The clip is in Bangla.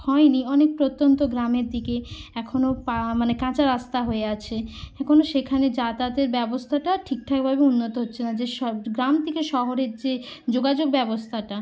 হয়নি অনেক প্রত্যন্ত গ্রামের দিকে এখনও পা মানে কাঁচা রাস্তা হয়ে আছে এখনও সেখানে যাতায়াতের ব্যবস্থাটা ঠিক ঠাকভাবে উন্নত হচ্ছে না যে সব গ্রাম থেকে শহরের যে যোগাযোগ ব্যবস্থাটা